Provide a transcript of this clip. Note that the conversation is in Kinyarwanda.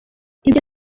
ibyo